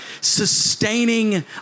sustaining